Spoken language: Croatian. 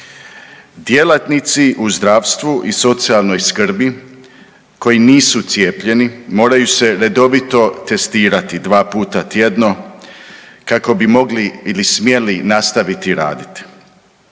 Djelatnici u zdravstvu i socijalnoj skrbi koji nisu cijepljeni moraju se redovito testirati, 2 puta tjedno kako bi mogli ili smjeli nastaviti raditi.